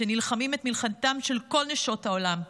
שנלחמים את מלחמתן של כל נשות עולם,